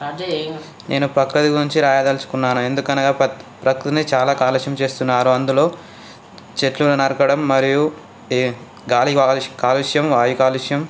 నేను ప్రకృతి గురించి రాయదలుచుకున్నాను ఎందుకు అనగా ప్రకృతిని చాలా కాలుష్యం చేస్తున్నారు అందులో చెట్లను నరకడం మరియు గాలి కాలు కాలుష్యం వాయు కాలుష్యం